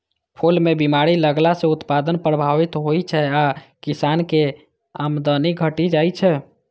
फूल मे बीमारी लगला सं उत्पादन प्रभावित होइ छै आ किसानक आमदनी घटि जाइ छै